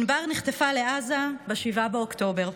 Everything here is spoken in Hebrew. ענבר נחטפה לעזה ב-7 באוקטובר.